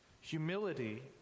Humility